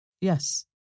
Yes